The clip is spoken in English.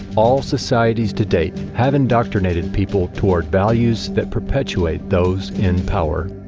all societies to date have indoctrinated people toward values that perpetuate those in power.